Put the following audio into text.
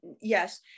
yes